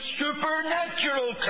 supernatural